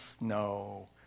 no